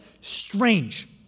strange